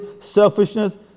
selfishness